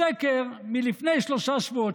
בסקר מלפני שלושה שבועות,